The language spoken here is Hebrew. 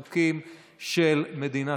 נתקבל.